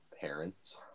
parents